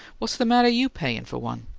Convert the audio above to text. what's the matter you payin' for one?